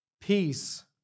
peace